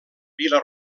vila